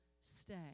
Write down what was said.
stay